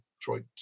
Detroit